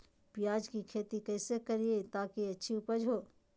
प्याज की खेती कैसे करें ताकि अच्छी उपज हो?